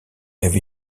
avait